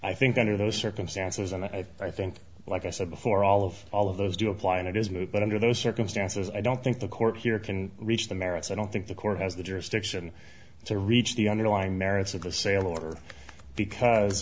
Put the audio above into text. i think under those circumstances and i think like i said before all of all of those do apply and it is moot but under those circumstances i don't think the court here can reach the merits i don't think the court has the jurisdiction to reach the underlying merits of the sale or because